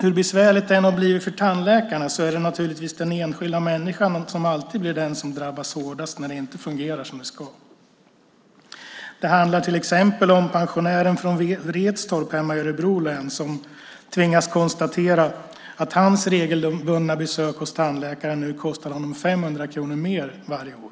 Hur besvärligt det än har blivit för tandläkarna är det naturligtvis den enskilda människan som alltid blir den som drabbas hårdast när det inte fungerar som det ska. Det handlar till exempel om pensionären från Vretstorp hemma i Örebro län som tvingas konstatera att hans regelbundna besök hos tandläkaren nu kostade honom 500 kronor mer varje år.